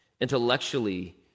intellectually